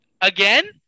again